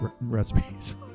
recipes